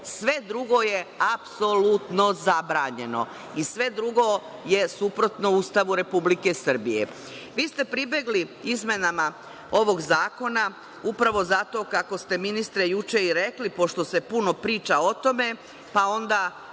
Sve drugo je apsolutno zabranjeno i sve drugo je suprotno Ustavu Republike Srbije. Vi ste pribegli izmenama ovog zakona, upravo zato, kako ste ministre juče i rekli, pošto se puno priča o tome, pa onda